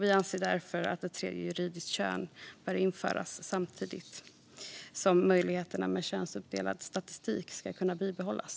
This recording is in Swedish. Vi anser därför att ett tredje juridiskt kön bör införas samtidigt som möjligheterna med könsuppdelad statistik ska kunna bibehållas.